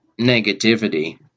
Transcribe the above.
negativity